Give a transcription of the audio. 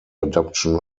adoption